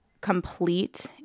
complete